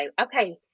okay